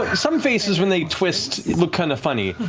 some faces, when they twist, you look kind of funny.